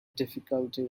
difficulty